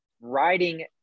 riding